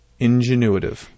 Ingenuitive